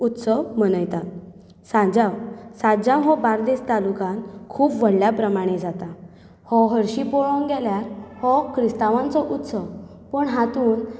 उत्सव मनयतात सांजांव सांजांव हो बार्देश तालुक्यांत खूब व्हडल्या प्रमाणे जाता हो हरशीं पळोवंक गेल्यार हो क्रिस्तांवांचो उत्सव पूण हातूंत